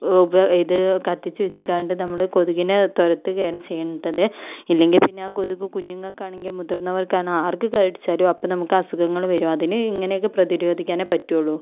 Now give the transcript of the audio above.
ഓ അപ്പം ഇത് കത്തിച്ചു വെച്ച് കണ്ട് നമ്മൾ കൊതുകിനെ തൊരത്തുകയാണ് ചെയ്യേണ്ടത് ഇല്ലെങ്കിൽ പിന്നെ ആ കൊതുക് കുഞ്ഞുങ്ങൾക്ക് ആണെങ്കിലും മുതിർന്നവർക്കാണോ ആർക്ക് കടിച്ചാലും അപ്പം നമുക്ക് അസുഖങ്ങൾ വരും അതിന് ഇങ്ങനെയൊക്കെ പ്രതിരോധിക്കാനെ പറ്റുകയുള്ളൂ